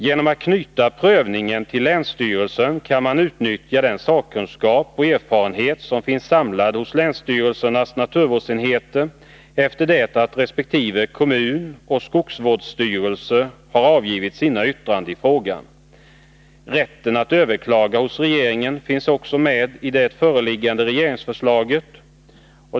Genom att knyta prövningen till länsstyrelserna kan man utnyttja den sakkunskap och erfarenhet som finns samlad hos länsstyrelsernas naturvårdsenheter efter det att resp. kommun och skogsvårdsstyrelse har avgivit sina yttranden i frågan. Rätten att överklaga hos regeringen finns också med i det föreliggande regeringsförslaget.